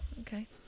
okay